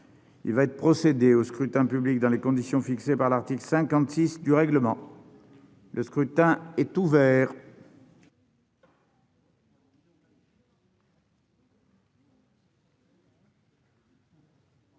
Il va être procédé au scrutin dans les conditions fixées par l'article 56 du règlement. Le scrutin est ouvert.